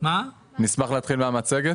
(הצגת מצגת)